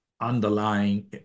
underlying